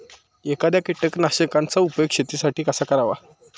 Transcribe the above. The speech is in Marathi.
एखाद्या कीटकनाशकांचा उपयोग शेतीसाठी कसा करावा?